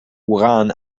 uran